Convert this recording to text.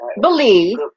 believe